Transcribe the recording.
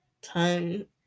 time